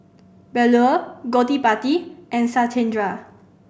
Bellur Gottipati and Satyendra